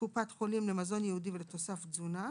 קופת חולים למזון ייעודי ולתוסף מזון,